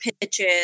pitches